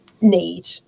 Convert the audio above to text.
need